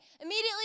immediately